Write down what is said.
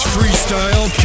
freestyle